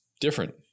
different